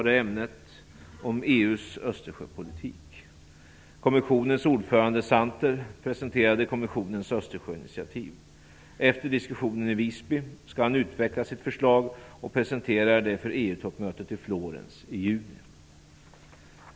Det första ämnet var EU:s Östersjöpolitik. Visby skall han utveckla sitt förslag och presentera det för EU-toppmötet i Florens i sommar.